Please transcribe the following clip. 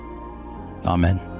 amen